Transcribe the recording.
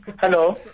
Hello